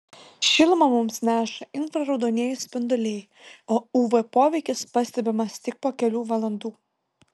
šilumą mums neša infraraudonieji spinduliai o uv poveikis pastebimas tik po kelių valandų